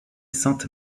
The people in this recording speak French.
sainte